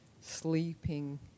sleeping